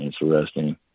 interesting